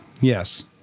yes